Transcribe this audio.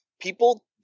people